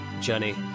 journey